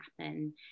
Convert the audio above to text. happen